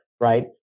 right